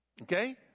Okay